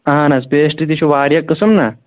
اَہَن حظ پیسٹری تہِ چھِ واریاہ قٕسم نا